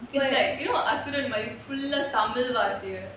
it's like you know Asuran மாதிரி:asuran maathiri full tamil வார்த்தை:varthai